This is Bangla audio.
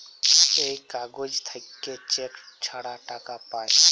এই কাগজ থাকল্যে চেক ছাড়া টাকা পায়